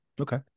Okay